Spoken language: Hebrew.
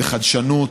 בחדשנות,